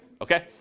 okay